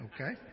Okay